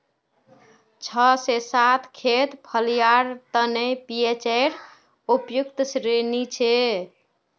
छह से सात खेत फलियार तने पीएचेर उपयुक्त श्रेणी छे